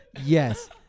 Yes